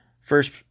First